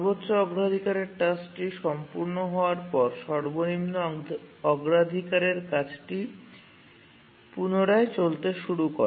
সর্বোচ্চ অগ্রাধিকারের টাস্কটি সম্পূর্ণ হওয়ার পর সর্বনিম্ন অগ্রাধিকারের কাজটি পুনরায় চলতে শুরু করে